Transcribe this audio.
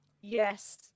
yes